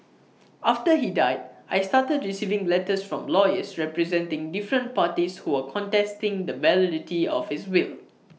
after he died I started receiving letters from lawyers representing different parties who were contesting the validity of his will